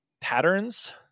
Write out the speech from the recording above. patterns